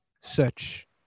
search